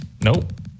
Nope